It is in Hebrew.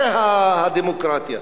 זו הדמוקרטיה.